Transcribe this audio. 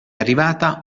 arrivata